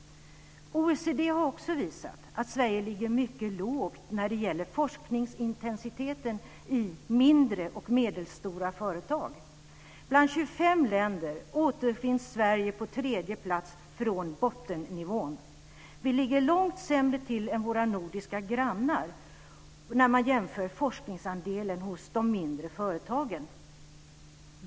OECD har också visat att Sverige ligger mycket lågt när det gäller forskningsintensiteten i mindre och medelstora företag. Bland 25 länder återfinns Sverige på tredje plats från bottennivån. Vi ligger långt sämre till än våra nordiska grannländer när man jämför forskningsandelen hos de mindre företagen.